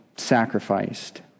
sacrificed